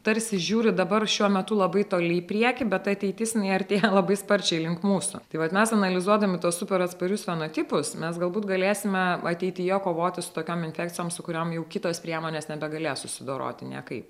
tarsi žiūri dabar šiuo metu labai toli į priekį bet ateitis jinai artėja labai sparčiai link mūsų tai vat mes analizuodami tuos super atsparius fenotipus mes galbūt galėsime ateityje kovoti su tokiom infekcijoms su kuriom jau kitos priemonės nebegalės susidoroti niekaip